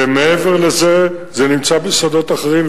ומעבר לזה זה נמצא בשדות אחרים,